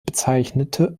bezeichnete